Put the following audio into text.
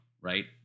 right